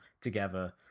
together